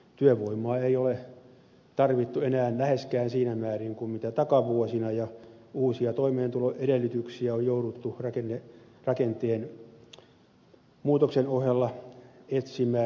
työvoimaa ei ole tarvittu enää läheskään siinä määrin kuin takavuosina ja uusia toimeentuloedellytyksiä on jouduttu rakenteen muutoksen ohella etsimään maaseudulla